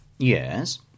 Yes